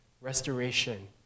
restoration